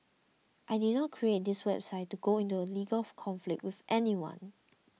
I did not create this website to go into a legal conflict with anyone